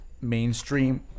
mainstream